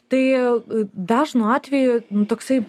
tai dažnu atveju nu toksai